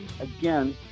again